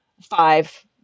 five